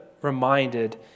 reminded